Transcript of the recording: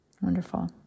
Wonderful